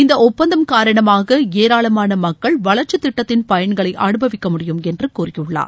இந்த ஒப்பந்தம் காரணமாக ஏராளமான மக்கள் வளர்ச்சி திட்டத்தின் பயன்களை அனுபவிக்க முடியும் என்று கூறியுள்ளார்